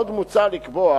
עוד מוצע לקבוע